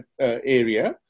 area